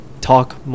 Talk